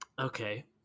okay